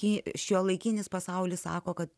kai šiuolaikinis pasaulis sako kad